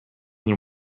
than